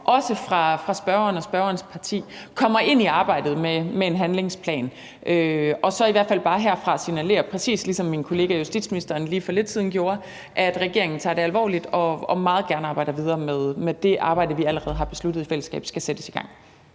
også fra spørgeren og spørgerens parti, kommer ind i arbejdet med en handlingsplan. Så vil jeg i hvert fald herfra bare signalere, præcis ligesom min kollega justitsministeren lige for lidt siden gjorde det, at regeringen tager det alvorligt, og at den meget gerne arbejder videre med det arbejde, vi allerede i fællesskab har besluttet skal sættes gang.